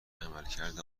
عملکرد